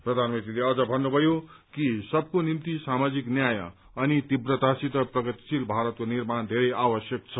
प्रधानमन्त्रीले अझ भन्नुभयो कि सबको निम्ति सामाजिक न्याय अनि तीव्रतासित प्रगतिशील भारतको निर्माण धेरै आवश्यक छ